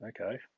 okay